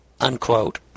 unquote